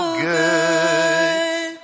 good